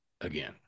again